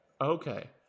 Okay